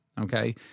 okay